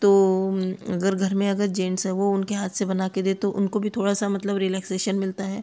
तो अगर घर में अगर जेंट्स है वो उनके हाथ से बना कर दें तो उनको भी थोड़ा सा मतलब रिलेक्सेशन मिलता है